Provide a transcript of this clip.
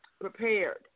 prepared